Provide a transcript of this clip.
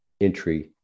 entry